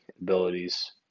abilities